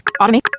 Automate